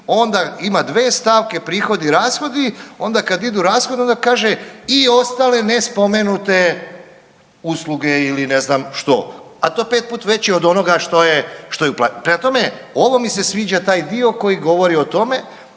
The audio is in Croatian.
onda ima dve stavke prihodi, rashodi onda kad idu rashodi onda kaže i ostale nespomenute usluge ili ne znam što, a to je pet puta veće od onoga što je … Prema tome, ovo mi se sviđa taj dio koji govori o tome